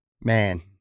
man